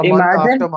Imagine